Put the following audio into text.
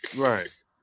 Right